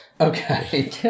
Okay